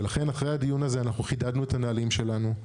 ולכן אחרי הדיון הזה חידדנו את הנהלים שלנו.